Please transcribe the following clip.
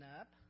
up